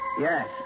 Yes